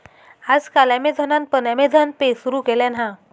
आज काल ॲमेझॉनान पण अँमेझॉन पे सुरु केल्यान हा